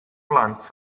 blant